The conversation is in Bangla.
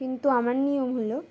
কিন্তু আমার নিয়ম হলো